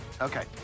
Okay